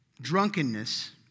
drunkenness